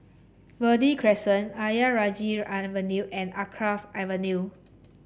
Verde Crescent Ayer Rajah Avenue and Alkaff Avenue